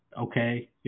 okay